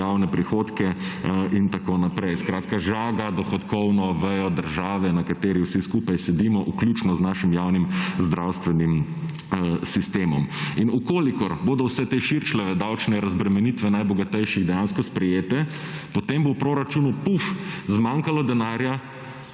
javne prihodke in tako naprje. Skratka, žaga dohodkovno vejo države, na kateri vsi skupaj sedimo, vključno z našim javim zdravstvenim sistemom. In v kolikor bodo vse te Šircljeve(?) davčne razbremenitve najbogatejših dejansko sprejete, potem bo v proračunu puf, zmanjkalo denarja,